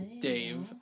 Dave